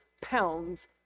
pounds